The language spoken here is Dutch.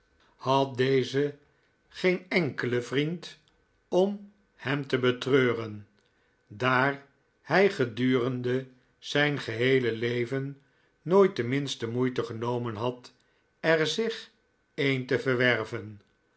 had deze geen enkelen vriend om hem te betreuren daar hij gedurende zijn geheele leven nooit de minste moeite genomcn had er zich een te verwerven